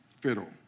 fiddle